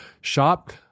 shop